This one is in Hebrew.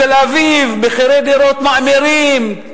בתל-אביב מחירי הדירות מאמירים,